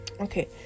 Okay